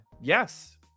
Yes